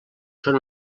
són